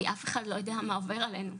כי אף אחד לא יודע מה עובר עלינו,